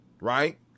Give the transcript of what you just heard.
Right